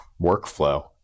workflow